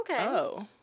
okay